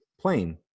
plane